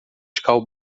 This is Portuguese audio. chapéu